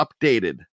updated